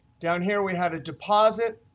down here we had a deposit,